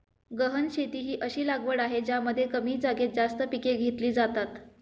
गहन शेती ही अशी लागवड आहे ज्यामध्ये कमी जागेत जास्त पिके घेतली जातात